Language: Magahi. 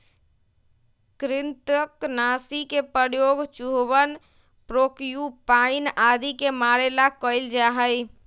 कृन्तकनाशी के प्रयोग चूहवन प्रोक्यूपाइन आदि के मारे ला कइल जा हई